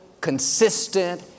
consistent